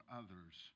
others